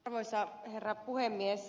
arvoisa herra puhemies